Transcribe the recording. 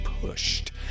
pushed